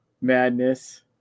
madness